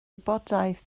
wybodaeth